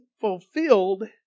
fulfilled